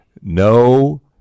No